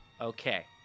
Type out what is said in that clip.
Okay